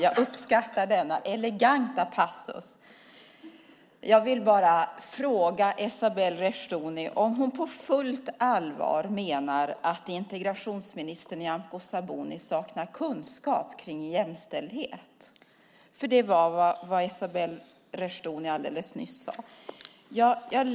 Herr talman! Jag vill bara fråga Esabelle Reshdouni om hon på fullt allvar menar att integrationsminister Nyamko Sabuni saknar kunskap om jämställdhet. Det var ju vad Esabelle Reshdouni alldeles nyss sade.